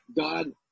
God